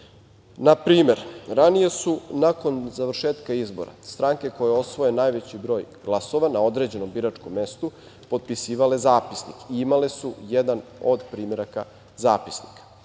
Na primer, ranije su nakon završetka izbora stranke koje osvoje najveći broj glasova na određenom biračkom mestu potpisivale zapisnik i imale su jedan od primeraka zapisnika,